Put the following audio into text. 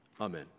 Amen